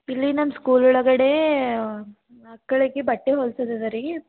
ಇಲ್ಲಿ ನನ್ನ ಸ್ಕೂಲ್ ಒಳಗಡೇ ಮಕ್ಕಳಿಗೆ ಬಟ್ಟೆ ಹೊಲ್ಸೋದದ ರೀ